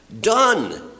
Done